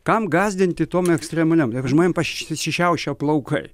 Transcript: kam gąsdinti tuo ekstremaliam jeigu žmonėm pasišiaušia plaukai